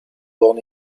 born